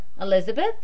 Elizabeth